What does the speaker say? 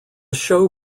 show